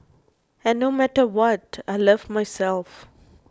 and no matter what I love myself